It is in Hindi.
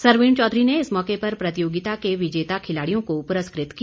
सरवीण चौधरी ने इस मौके पर प्रतियोगिता के विजेता खिलाड़ियों को पुरस्कृत किया